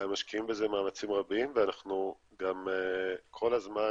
משקיעים בזה מאמצים רבים ואנחנו גם כל הזמן